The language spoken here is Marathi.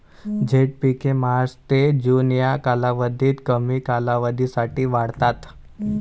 झैद पिके मार्च ते जून या कालावधीत कमी कालावधीसाठी वाढतात